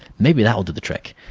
maybe that will do the trick.